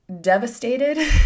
devastated